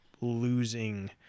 losing